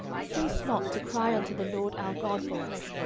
cease not to cry unto the lord our god for us,